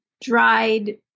dried